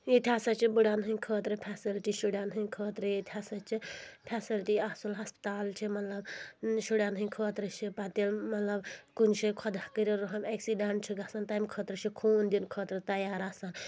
ییٚتہِ ہسا چھِ بٕڑن ہٕنٛدۍ خٲطرٕ فیسلٹی شُرٮ۪ن ہٕنٛدۍ خٲطرٕ ییٚتہِ ہسا چھِ فیسلٹی اصل ہسپتال چھِ مطلب شُرٮ۪ن ہٕنٛدۍ خٲطرٕ چھِ پتہٕ تِم مطلب کُنہِ جٲے خۄدا کٔرٕنۍ رحم اٮ۪کسیڈنٛٹ چھُ گژھان تمہِ خٲطرٕ چھُ خوٗن دِنہٕ خٲطرٕ تیار آسان